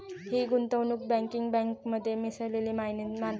ही गुंतवणूक बँकिंग बँकेमध्ये मिसळलेली मानली जाते